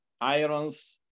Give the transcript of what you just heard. irons